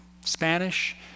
Spanish